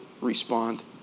respond